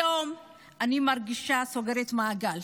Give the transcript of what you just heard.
היום אני מרגישה סגירת מעגל.